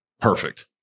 perfect